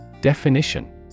Definition